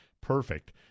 perfect